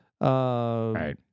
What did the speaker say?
Right